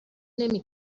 نمی